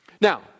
Now